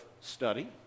study